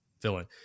villain